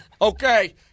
Okay